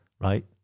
right